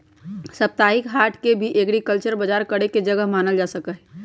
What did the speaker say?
साप्ताहिक हाट के भी एग्रीकल्चरल बजार करे के जगह मानल जा सका हई